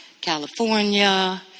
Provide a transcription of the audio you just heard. California